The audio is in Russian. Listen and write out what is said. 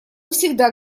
всегда